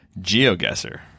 GeoGuessr